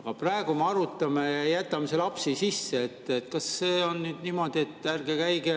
aga praegu me arutame ja jätame selle apsu sisse. Kas see on nüüd niimoodi, et ärge käige